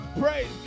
praise